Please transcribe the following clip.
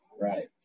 Right